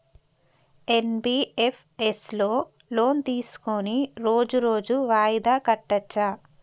NBFS లో loan తీస్కొని రోజు రోజు వాయిదా కట్టచ్ఛా?